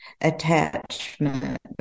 attachment